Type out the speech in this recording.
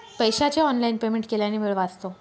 पैशाचे online payment केल्याने वेळ वाचतो